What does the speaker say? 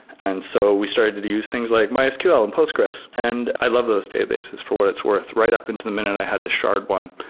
and so we started to to use things like mysql and postgressql. and i love those databases for what it's worth, right up into the minute i had to shard one.